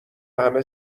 همه